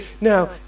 now